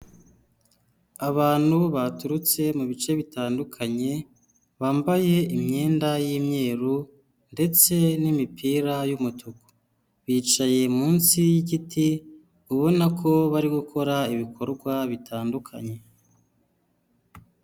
Abantu baturutse mu bice bitandukanye bambaye imyenda y'imyeru ndetse n'imipira y'umutuku, bicaye munsi y'igiti ubona ko bari gukora ibikorwa bitandukanye.